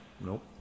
Nope